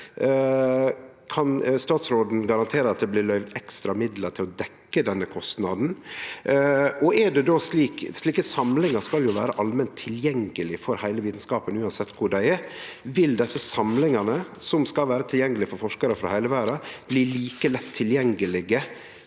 Kan statsråden garantere at det blir løyvd ekstra midlar til å dekkje denne kostnaden? Slike samlingar skal jo vere allment tilgjengelege for heile vitskapen uansett kvar dei er. Vil desse samlingane, som skal vere tilgjengelege for forskarar frå heile verda, bli like lett tilgjengelege